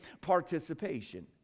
participation